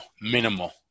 Minimal